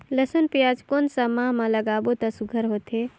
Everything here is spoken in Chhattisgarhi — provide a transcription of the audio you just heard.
लसुन पियाज कोन सा माह म लागाबो त सुघ्घर होथे?